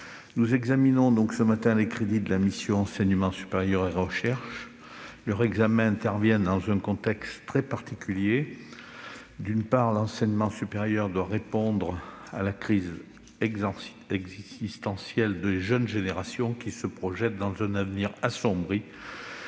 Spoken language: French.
nous examinons ce matin les crédits de la mission « Recherche et enseignement supérieur ». Leur examen intervient dans un contexte très particulier. D'une part, l'enseignement supérieur doit répondre à la crise existentielle des jeunes générations, qui se projettent dans un avenir assombri